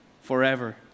Forever